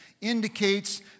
indicates